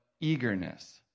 eagerness